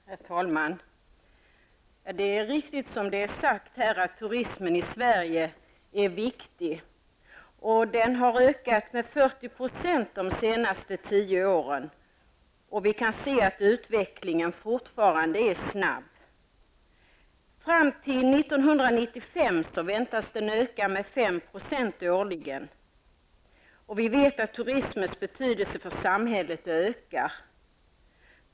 Herr talman! Det är riktigt som det är sagt här, att turismen i Sverige har ökat med 40 % de senaste tio åren, och vi kan se att utvecklingen fortfarande är snabb. Fram till 1995 väntas den öka med ca 5 % årligen. Vi vet att turismens betydelse för samhället ökar.